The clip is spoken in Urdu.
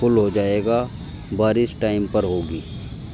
فل ہو جائے گا بارش ٹائم پر ہوگی